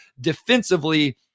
defensively